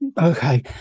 Okay